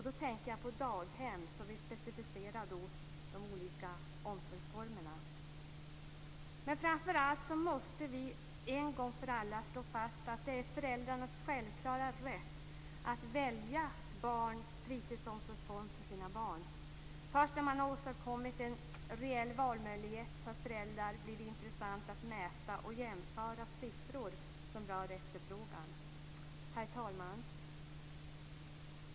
Då tänker jag på daghem, så att vi specificerar de olika omsorgsformerna. Framför allt måste vi en gång för alla slå fast att det är föräldrarnas självklara rätt att välja barn och fritidsomsorgsform för sina barn. Först när man har åstadkommit en reell valmöjlighet för föräldrar blir det intressant att mäta och jämföra siffror som rör efterfrågan. Herr talman!